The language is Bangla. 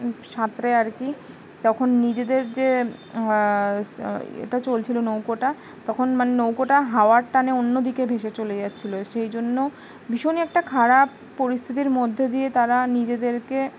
ছাত্রে আর কি তখন নিজেদের যে এটা চলছিলো নৌকোটা তখন মানে নৌকোটা হাওয়ার টানে অন্য দিকে ভেসে চলে যাচ্ছিলো সেই জন্য ভীষণই একটা খারাপ পরিস্থিতির মধ্যে দিয়ে তারা নিজেদেরকে